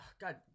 God